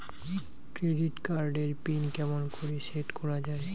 Credit card এর PIN কেমন করি সেট করা য়ায়?